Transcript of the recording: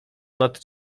nad